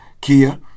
Kia